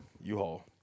U-Haul